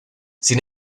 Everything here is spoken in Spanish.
sin